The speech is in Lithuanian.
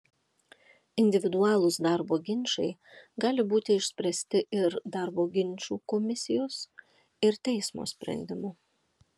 individualūs darbo ginčai gali būti išspręsti ir darbo ginčų komisijos ir teismo sprendimu